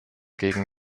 gegen